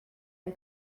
and